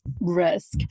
risk